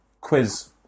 quiz